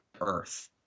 earth